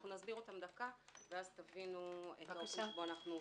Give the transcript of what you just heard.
נסביר דקה, ואז תבינו את האופן שבו אנו עובדים.